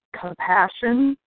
compassion